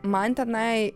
man tenai